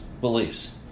beliefs